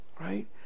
Right